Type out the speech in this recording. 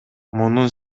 мунун